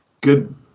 Good